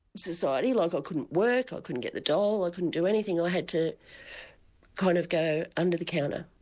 society like i couldn't work, i couldn't get the dole, i couldn't do anything. i had to kind of go under the counter,